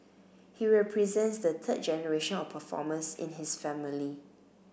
he represents the third generation of performers in his family